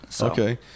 Okay